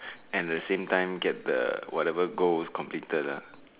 at the same time get the whatever goals completed lah